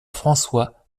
françois